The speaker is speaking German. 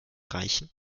reichen